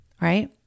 right